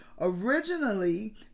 Originally